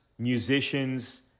musicians